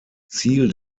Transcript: ziel